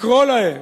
לקרוא להם